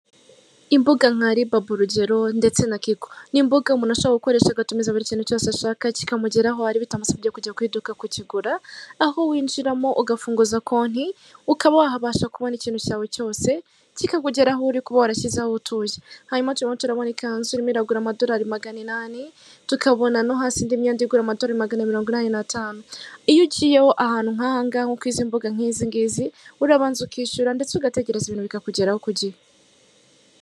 Mu igazeti yemeza itegeko rishyashya riba ryashyizweho na perezida wa repubulika hariho ibyagendeweho ndetse n'uko bigomba kujyenda.